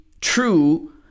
true